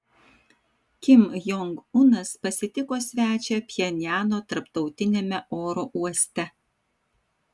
kim jong unas pasitiko svečią pchenjano tarptautiniame oro uoste